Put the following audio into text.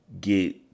get